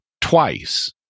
twice